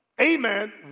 amen